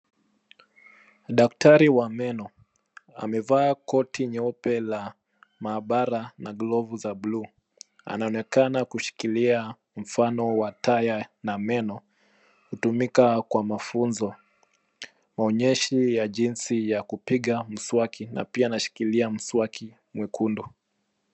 Daktari wa meno, amevaa koti nyeupe la maabara na glovu za blue . Anaonekana kushikilia mfano wa taya na meno, hutumika kwa mafunzo, Maonyeshi ya jinsi ya kupiga mswaki, na pia anashilkilia mswaki mwekundu.